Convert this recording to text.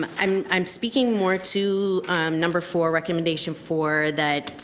um i'm i'm speaking more to number four recommendation for that